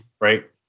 Right